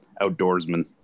outdoorsman